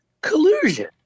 Collusion